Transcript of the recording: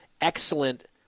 excellent